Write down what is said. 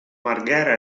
marghera